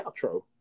outro